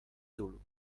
zulu